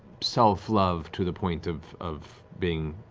self-love to the point of of being